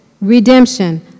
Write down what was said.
redemption